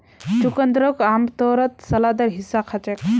चुकंदरक आमतौरत सलादेर हिस्सा खा छेक